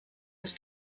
aus